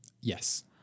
Yes